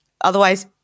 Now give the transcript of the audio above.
otherwise